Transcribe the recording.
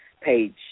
page